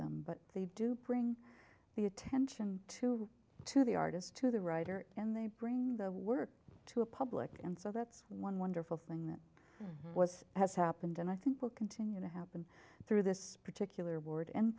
them but they do bring the attention to to the artist to the writer and they bring the work to a public and so that's one wonderful thing that was has happened and i think will continue to happen through this particular board and